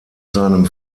seinem